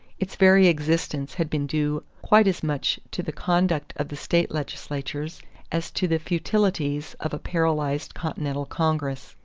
its very existence had been due quite as much to the conduct of the state legislatures as to the futilities of a paralyzed continental congress.